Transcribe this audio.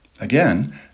Again